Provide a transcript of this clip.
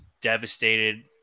devastated